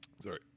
Sorry